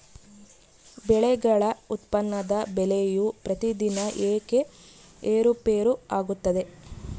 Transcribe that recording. ಬೆಳೆಗಳ ಉತ್ಪನ್ನದ ಬೆಲೆಯು ಪ್ರತಿದಿನ ಏಕೆ ಏರುಪೇರು ಆಗುತ್ತದೆ?